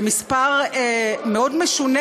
זה מספר מאוד משונה,